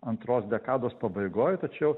antros dekados pabaigoj tačiau